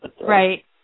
Right